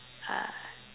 uh